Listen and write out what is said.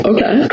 Okay